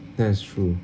that is true